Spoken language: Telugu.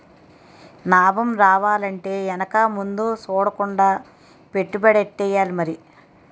నాబం రావాలంటే ఎనక ముందు సూడకుండా పెట్టుబడెట్టాలి మరి